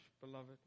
beloved